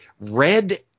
red